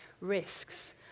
risks